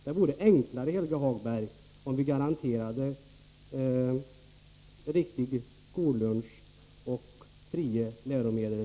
Det vore, Helge Hagberg, enklare om vi garanterade både en riktig skollunch och helt fria läromedel.